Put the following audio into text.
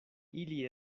ili